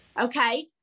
okay